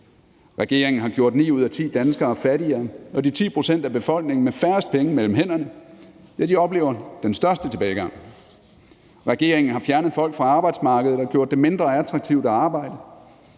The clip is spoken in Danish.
Regeringen har gjort ni ud af ti danskere fattigere, og de 10 pct. af befolkningen med færrest penge mellem hænderne oplever den største tilbagegang. Regeringen har fjernet folk fra arbejdsmarkedet og gjort det mindre attraktivt at arbejde.